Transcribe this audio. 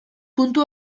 puntu